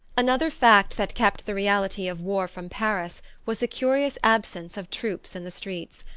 another fact that kept the reality of war from paris was the curious absence of troops in the streets.